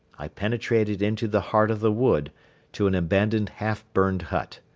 i penetrated into the heart of the wood to an abandoned half-burned hut.